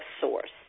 source